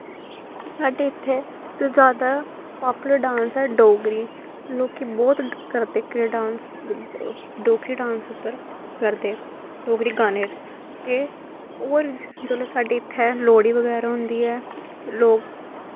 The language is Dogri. साढ़े इत्थें जादा पापूलर डांस ऐ डोगरी लोकी बहुत करदे एह्कड़े डोगरी डांस उप्पर करदे डोगरी गाने र ते होर जिसलै साढ़े इत्थे लोह्ड़ी बगैरा होंदी ऐ लोक